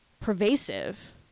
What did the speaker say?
pervasive